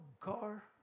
car